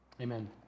Amen